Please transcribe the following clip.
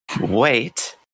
wait